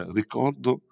ricordo